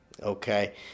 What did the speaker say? Okay